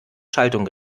schaltung